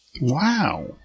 Wow